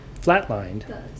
flatlined